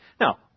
Now